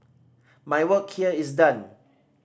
my work here is done